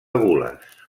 gules